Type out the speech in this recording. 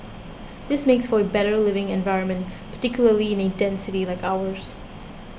this makes for a better living environment particularly in a dense city like ours